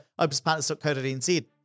opuspartners.co.nz